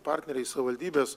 partneriai savivaldybės